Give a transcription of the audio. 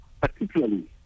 particularly